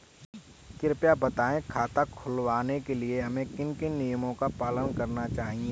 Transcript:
कृपया बताएँ खाता खुलवाने के लिए हमें किन किन नियमों का पालन करना चाहिए?